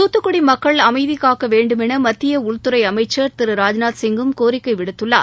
தூத்துக்குடி மக்கள் அமைதி காக்க வேண்டுமென மத்திய உள்துறை அமைச்சர் திரு ராஜ்நாத்சிங் கும் கோரிக்கை விடுத்துள்ளார்